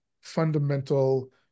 fundamental